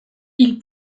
ils